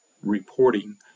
reporting